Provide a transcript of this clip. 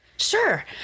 Sure